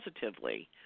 positively